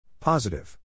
Positive